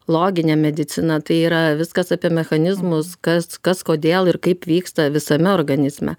loginė medicina tai yra viskas apie mechanizmus kas kas kodėl ir kaip vyksta visame organizme